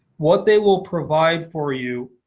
what they will provide for you,